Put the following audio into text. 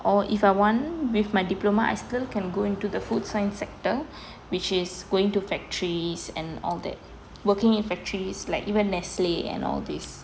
or if I want with my diploma I still can go into the food science sector which is going to factories and all that working in factories like even nestle and all this